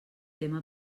tema